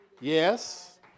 yes